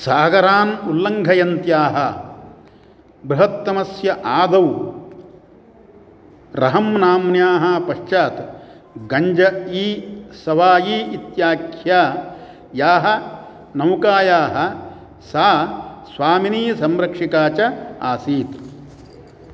सागरान् उल्लङ्घयन्त्याः बृहत्तमस्य आदौ रहं नाम्न्याः पश्चात् गञ्ज इ सवाई इत्याख्यायाः नौकायाः सा स्वामिनी संरक्षिका च आसीत्